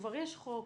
כבר יש חוק,